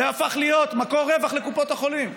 זה הפך להיות מקור רווח לקופות החולים,